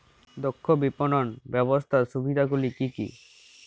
দক্ষ বিপণন ব্যবস্থার সুবিধাগুলি কি কি?